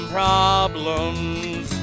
problems